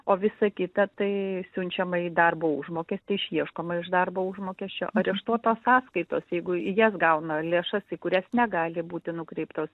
o visa kita tai siunčiama į darbo užmokestį išieškoma iš darbo užmokesčio areštuotos sąskaitos jeigu į jas gauna lėšas į kurias negali būti nukreiptas